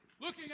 looking